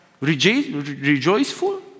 rejoiceful